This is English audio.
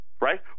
Right